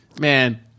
man